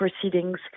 proceedings